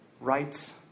rights